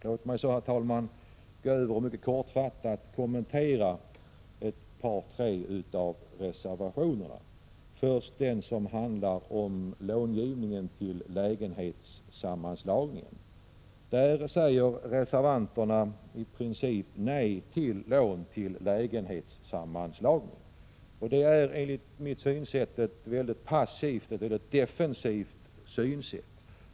Låt mig så, herr talman, gå över till att kortfattat kommentera ett par tre reservationer — först den som handlar om långivning till lägenhetssammanslagning. I det sammanhanget säger reservanterna i princip nej till lån till lägenhetssammanslagningar. Det är enligt min mening ett mycket passivt, defensivt synsätt.